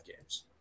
games